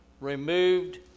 removed